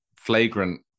flagrant